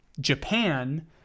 Japan